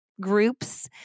Groups